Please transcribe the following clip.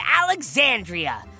Alexandria